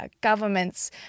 governments